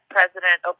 President